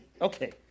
Okay